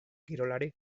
kirolari